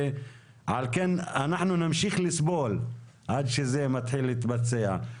ועל כן אנחנו נמשיך לסבול עד שזה מתחיל להתבצע.